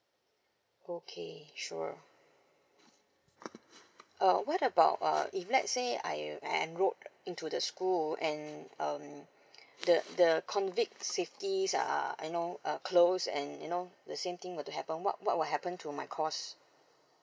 okay sure uh what about uh if let's say I enrolled into the school and um the the COVID safety uh you know a closed and you know the same thing were to happen what what will happen to my course